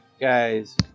guys